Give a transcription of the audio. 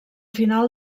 final